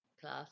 Class